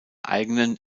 eigenen